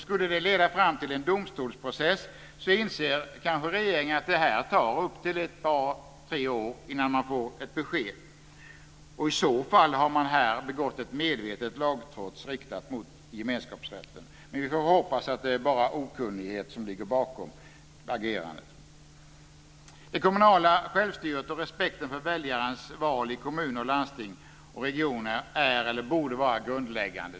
Skulle det leda fram till en domstolsprocess inser kanske regeringen att det tar ett par tre år innan man får ett besked. I så fall har man här begått ett medvetet lagtrots riktat mot gemenskapsrätten. Vi får hoppas att det bara är okunnighet som ligger bakom agerandet. Det kommunala självstyret och respekten för väljarnas val i kommuner, landsting och regioner är eller borde vara grundläggande.